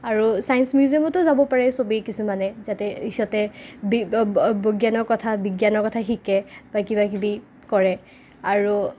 আৰু ছায়েঞ্চ মিউজিয়ামতো যাব পাৰে চবে কিছুমানে যাতে বিজ্ঞানৰ কথা বিজ্ঞানৰ কথা শিকে বা কিবাকিবি কৰে আৰু